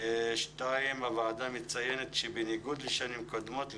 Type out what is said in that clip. הוועדה מצינת שבניגוד לשנים קודמות,